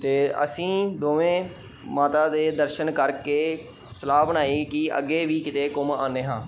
ਅਤੇ ਅਸੀਂ ਦੋਵੇਂ ਮਾਤਾ ਦੇ ਦਰਸ਼ਨ ਕਰਕੇ ਸਲਾਹ ਬਣਾਈ ਕਿ ਅੱਗੇ ਵੀ ਕਿਤੇ ਘੁੰਮ ਆਉਂਦੇ ਹਾਂ